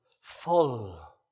full